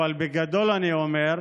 אבל בגדול אני אומר: